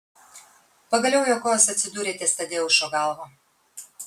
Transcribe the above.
pagaliau jo kojos atsidūrė ties tadeušo galva